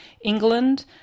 England